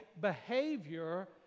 behavior